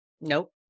Nope